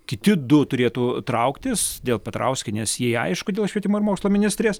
kiti du turėtų trauktis dėl petrauskienės jai aišku dėl švietimo ir mokslo ministrės